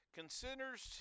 considers